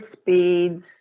speeds